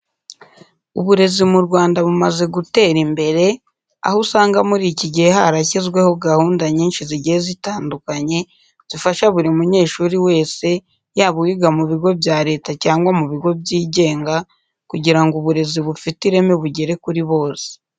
Uburezi mu Rwanda bumaze gutera imbere, aho usanga muri iki gihe harashyizweho gahunda nyinshi zigiye zitandukanye zifasha buri munyeshuri wese, yaba uwiga mu bigo bya Leta cyangwa mu bigo byigenga kugira ngo uburezi bufite ireme bugere kuri bose.